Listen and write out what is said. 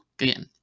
again